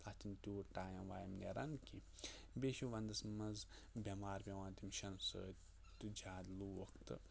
تَتھ چھِنہٕ تیوٗت ٹایم وایم نیران کیٚنٛہہ بیٚیہِ چھِ ونٛدَس منٛز بیٚمار پیٚوان تمہِ شِنہٕ سۭتۍ زیادٕ لوٗکھ تہٕ